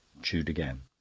chewed again.